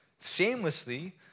shamelessly